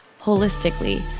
holistically